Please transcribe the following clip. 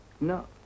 No